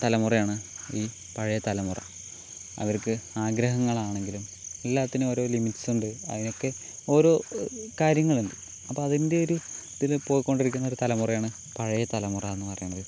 തലമുറയാണ് ഈ പഴയ തലമുറ അവർക്ക് ആഗ്രഹങ്ങളാണെങ്കിലും എല്ലാത്തിനും ഓരോ ലിമിറ്റ്സ് ഉണ്ട് അതിനൊക്കെ ഓരോ കാര്യങ്ങളുണ്ട് അപ്പം അതിൻ്റെയൊരു ഇതിൽ പോയി കൊണ്ടിരിക്കുന്ന ഒരു തലമുറയാണ് പഴയ തലമുറയെന്ന് പറയണത്